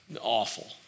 awful